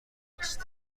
است